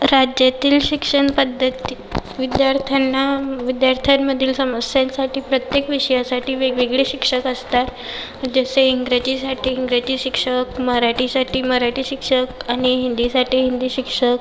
राज्यातील शिक्षण पद्धतीत विद्यार्थ्यांना विद्यार्थ्यांमधील समस्यांसाठी प्रत्येक विषयासाठी वेगवेगळे शिक्षक असतात जसे इंग्रजीसाठी इंग्रजी शिक्षक मराठीसाठी मराठी शिक्षक आणि हिंदीसाठी हिंदी शिक्षक